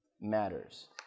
matters